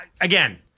again